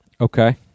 Okay